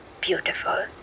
beautiful